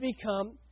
become